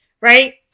Right